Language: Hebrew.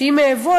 שאם אעבוד,